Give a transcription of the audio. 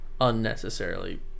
unnecessarily